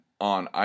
on